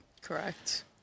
Correct